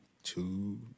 two